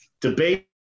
debate